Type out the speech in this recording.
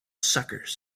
suckers